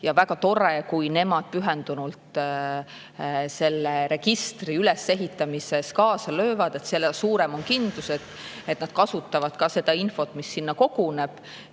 ja väga tore, kui nemad pühendunult selle registri ülesehitamises kaasa löövad. Seda suurem on kindlus, et nad ka kasutavad seda infot, mis sinna koguneb,